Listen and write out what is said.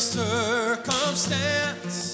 circumstance